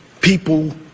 people